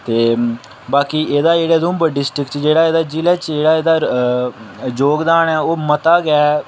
ते बाकी एह्दा जेह्ड़ा उधमपुर डिस्ट्रिक च जेह्ड़ा जि'लें च जोगदान ऐ ओह् मता गै